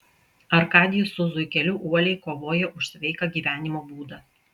arkadijus su zuikeliu uoliai kovoja už sveiką gyvenimo būdą